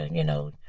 you know,